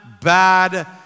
bad